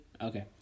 Okay